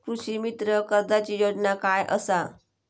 कृषीमित्र कर्जाची योजना काय असा?